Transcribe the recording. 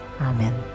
Amen